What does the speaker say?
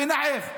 בנחף.